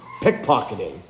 pickpocketing